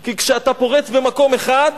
כי כשאתה פורץ במקום אחד,